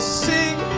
sing